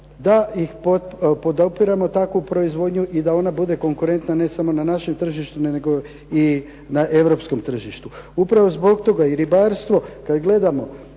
da i podupiremo takvu proizvodnju i da ona bude konkurentna ne samo na našem tržištu, nego i na europskom. Upravo zbog toga i ribarstvo kada gledamo,